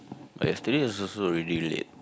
but yesterday also so really red